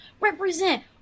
represent